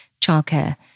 childcare